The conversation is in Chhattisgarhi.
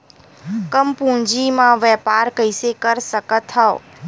कम पूंजी म व्यापार कइसे कर सकत हव?